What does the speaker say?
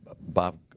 Bob